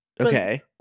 Okay